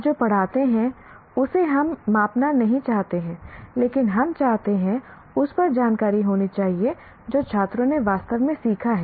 आप जो पढ़ाते हैं उसे हम मापना नहीं चाहते हैं लेकिन हम चाहते हैं उस पर जानकारी होनी चाहिए जो छात्रों ने वास्तव में सीखा है